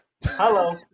Hello